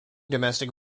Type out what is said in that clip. domestic